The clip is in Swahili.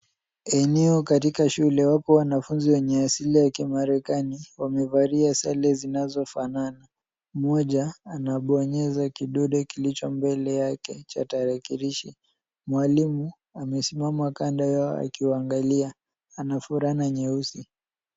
Eneo katika shule, wapo wanafunzi wenye asili ya kimarekani. Wamevalia sare zinazofana. Mmoja anabonyeza kidole kilicho mbele yake cha tarakilishi. Mwalimu amesimama kando yao akiwaangalia, ana fulana nyeusi.